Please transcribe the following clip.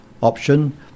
option